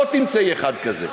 לא תמצאי אחד כזה.